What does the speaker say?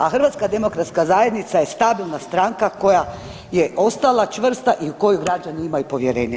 A HDZ je stabilna stranka koja je ostala čvrsta i u koju građani imaju povjerenje.